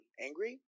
angry